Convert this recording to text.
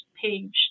page